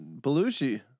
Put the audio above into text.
Belushi